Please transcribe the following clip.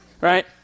right